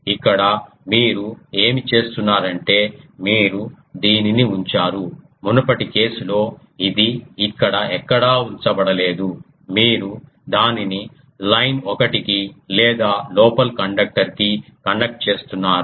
ఇక్కడ మీరు ఏమి చేస్తున్నారంటే మీరు దీనిని ఉంచారు మునుపటి కేసు లో ఇది ఇక్కడ ఎక్కడా ఉంచబడలేదు మీరు దానిని లైన్ ఒకటి కి లేదా లోపలి కండక్టర్ కి కనెక్ట్ చేస్తున్నారు